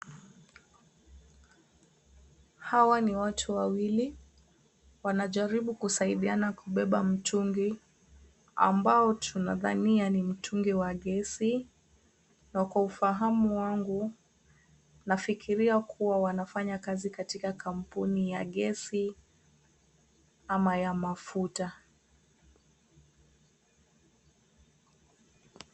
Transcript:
Hawa ni watu wawili ,wanajaribu kusaidiana kubeba mtungi ambao tunadhania ni mtungi wa gesi na kwa ufahamu wangu nafikiria kuwa wanafanya kazi katika kampuni ya gesi ama ya mafuta.